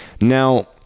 Now